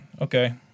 okay